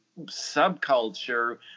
subculture